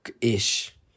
ish